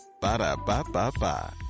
Ba-da-ba-ba-ba